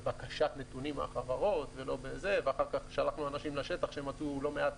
בבקשת נתונים מהחברות ואחר כך שלחנו אנשים לשטח שמצאו לא מעט